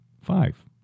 Five